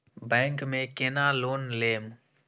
Bank में केना loan लेम?